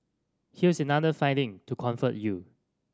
here's another finding to comfort you